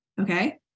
Okay